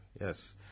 yes